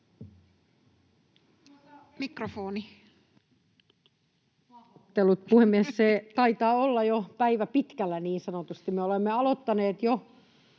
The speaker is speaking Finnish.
Puhemies! Taitaa olla jo päivä pitkällä niin sanotusti. Me olemme aloittaneet jo